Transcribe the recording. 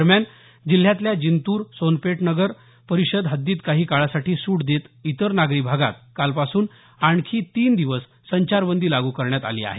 दरम्यान जिल्ह्यातल्या जिंतूर सोनपेठ नगर परिषद हद्दीत काही काळासाठी सुट देत इतर नागरी भागात कालपासून आणखी तीन दिवस संचारबंदी लागू करण्यात आली आहे